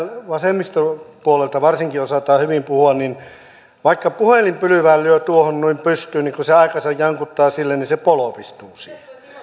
vasemmistopuolelta osataan hyvin puhua että jos vaikka puhelinpylvään lyö tuohon noin pystyyn ja kun aikansa jankuttaa sille niin se polvistuu siihen